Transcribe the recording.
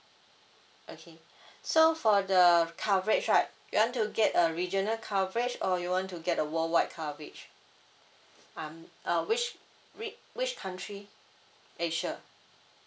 okay so for the coverage right you want to get a regional coverage or you want to get a worldwide coverage um uh which which which country asia